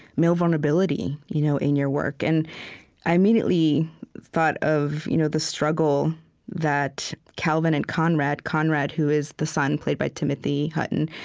male vulnerability you know in your work. and i immediately thought of you know the struggle that calvin and conrad conrad, who is the son, played by timothy hutton,